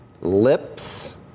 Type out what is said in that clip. lips